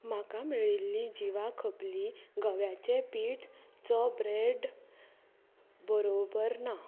म्हाका मेळिल्ली जिवा खपली गव्याचें पीठ चो ब्रॅड बरोबर ना